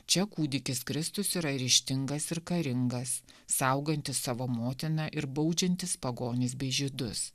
čia kūdikis kristus yra ryžtingas ir karingas saugantis savo motiną ir baudžiantis pagonis bei žydus